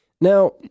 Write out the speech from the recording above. Now